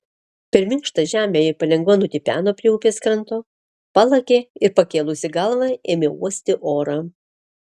per minkštą žemę ji palengva nutipeno prie upės kranto palakė ir pakėlusi galvą ėmė uosti orą